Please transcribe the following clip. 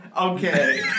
Okay